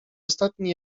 ostatni